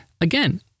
Again